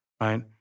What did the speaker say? right